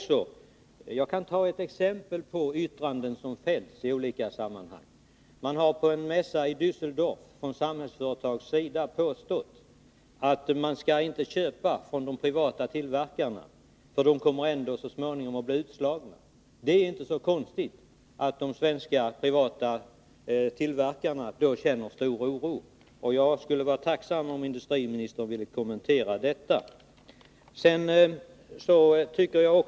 Som exempel på yttranden som har fällts i olika sammanhang kan jag nämna att Samhällsföretag på en mässa i Dässeldorf anförde att man inte skulle köpa från de privata tillverkarna, för de kommer ändå att så småningom bli utslagna. Under sådana omständigheter är det inte så konstigt om de svenska privata tillverkarna känner stor oro. Jag skulle vara tacksam om industriministern ville kommentera detta.